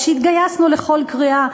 כשהתגייסנו לכל קריאה,